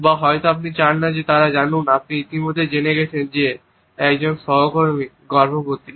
বা হয়তো আপনি চান না যে তারা জানুক আপনি ইতিমধ্যেই জানেন যে একজন সহকর্মী গর্ভবতী